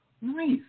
Nice